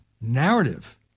narrative